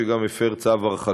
שהוא מפר גם צו הרחקה.